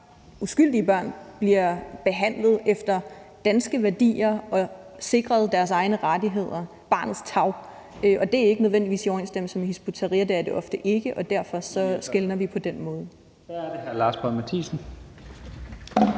at uskyldige børn bliver behandlet efter danske værdier og sikret deres egne rettigheder, barnets tarv, og det er ikke nødvendigvis i overensstemmelse med Hizb ut-Tahrir – det er det ofte ikke – og derfor skelner vi på den måde. Kl. 11:01 Første